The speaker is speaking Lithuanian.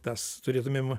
tas turėtumėm